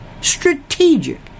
strategic